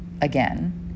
again